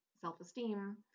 self-esteem